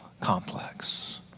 complex